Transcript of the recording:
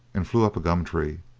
and flew up a gum tree.